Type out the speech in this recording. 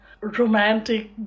Romantic